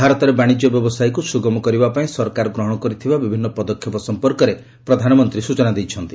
ଭାରତରେ ବାଣିଜ୍ୟ ବ୍ୟବସାୟକୁ ସୁଗମ କରିବା ପାଇଁ ସରକାର ଗ୍ରହଣ କରିଥିବା ବିଭିନ୍ନ ପଦକ୍ଷେପ ସମ୍ପର୍କରେ ପ୍ରଧାନମନ୍ତ୍ରୀ ସ୍କଚନା ଦେଇଛନ୍ତି